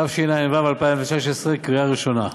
התשע"ו 2016, קריאה ראשונה.